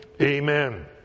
Amen